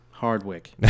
Hardwick